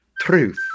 Truth